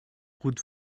route